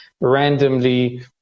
randomly